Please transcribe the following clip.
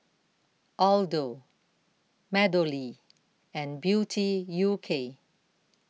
Aldo MeadowLea and Beauty U K